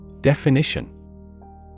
Definition